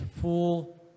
full